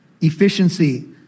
efficiency